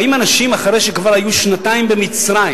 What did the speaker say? באים אנשים אחרי שכבר היו שנתיים במצרים.